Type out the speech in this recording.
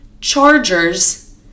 Chargers